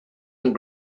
and